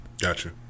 Gotcha